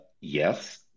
yes